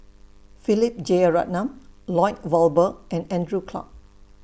Philip Jeyaretnam Lloyd Valberg and Andrew Clarke